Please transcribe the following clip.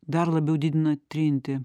dar labiau didina trintį